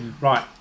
right